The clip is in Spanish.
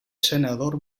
senador